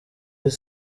izi